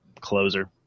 closer